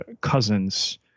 cousins